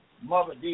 Mother